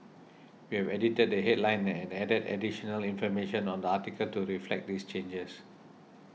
we have edited the headline and added additional information on article to reflect these changes